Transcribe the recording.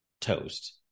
toast